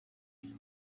huye